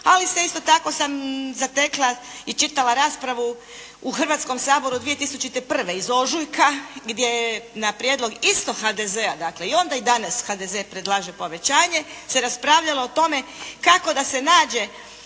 Ali se, isto tako sam zatekla i čitala raspravu u Hrvatskom saboru 2001. iz ožujka, gdje je na prijedlog isto HDZ-a dakle i onda i danas HDZ predlaže povećanje, se raspravljalo o tome kako da se nađe